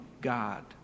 God